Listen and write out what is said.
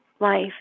life